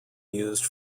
used